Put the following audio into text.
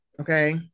okay